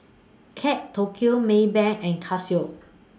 Kate Tokyo Maybank and Casio